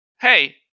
Hey